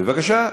בבקשה,